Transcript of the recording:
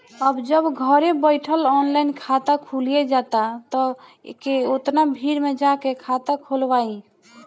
अब जब घरे बइठल ऑनलाइन खाता खुलिये जाता त के ओतना भीड़ में जाके खाता खोलवाइ